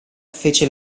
fece